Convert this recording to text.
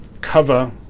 cover